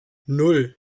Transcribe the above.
nan